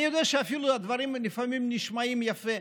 אני יודע שאפילו הדברים לפעמים נשמעים יפה.